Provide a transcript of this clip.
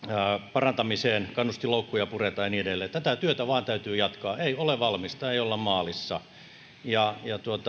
parantamiseen kannustinloukkuja puretaan ja niin edelleen tätä työtä vain täytyy jatkaa ei ole valmista ei olla maalissa